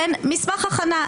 לבין מסמך הכנה.